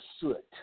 soot